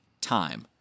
time